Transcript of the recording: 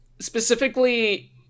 specifically